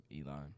elon